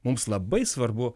mums labai svarbu